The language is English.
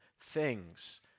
things